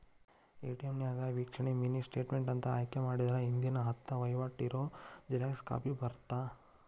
ATM ನ್ಯಾಗ ವೇಕ್ಷಣೆ mini statement ಅಂತ ಆಯ್ಕೆ ಮಾಡಿದ್ರ ಹಿಂದಿನ ಹತ್ತ ವಹಿವಾಟ್ ಇರೋ ಜೆರಾಕ್ಸ್ ಕಾಪಿ ಬರತ್ತಾ